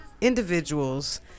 individuals